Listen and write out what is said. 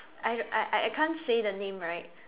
I I I I can't say the name right